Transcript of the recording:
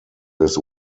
his